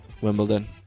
Wimbledon